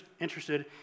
interested